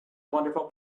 wonderful